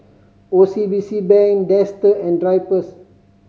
O C B C Bank Dester and Drypers